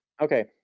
Okay